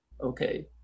okay